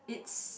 it's